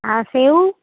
ଆଉ ସେଉ